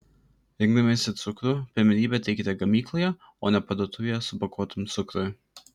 rinkdamiesi cukrų pirmenybę teikite gamykloje o ne parduotuvėje supakuotam cukrui